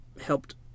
helped